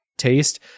taste